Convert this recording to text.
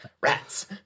rats